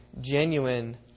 genuine